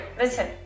listen